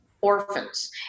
orphans